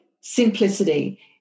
simplicity